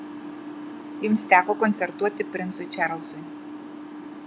jums teko koncertuoti princui čarlzui